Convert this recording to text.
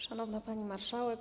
Szanowna Pani Marszałek!